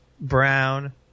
brown